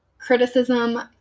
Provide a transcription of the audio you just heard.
criticism